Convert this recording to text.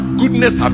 goodness